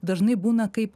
dažnai būna kaip